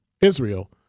Israel